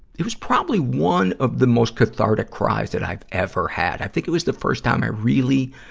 it was probably one of the most cathartic cries that i've ever had. i think it was the first time i really,